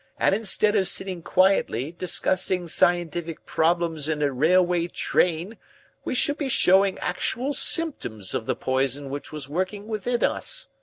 and instead of sitting quietly discussing scientific problems in a railway train we should be showing actual symptoms of the poison which was working within us.